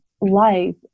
life